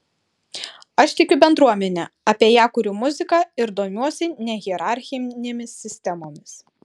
aš tikiu bendruomene apie ją kuriu muziką ir domiuosi nehierarchinėmis sistemomis